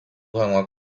hag̃ua